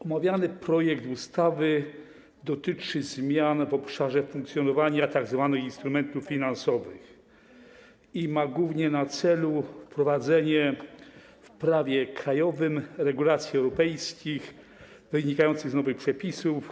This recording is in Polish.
Omawiany projekt ustawy dotyczy zmian w obszarze funkcjonowania tzw. instrumentów finansowych i ma głównie na celu wprowadzenie do prawa krajowego regulacji europejskich wynikających z nowych przepisów.